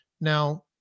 Now